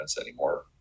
anymore